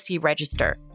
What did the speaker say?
Register